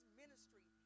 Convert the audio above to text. ministry